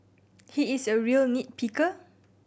he is a real nit picker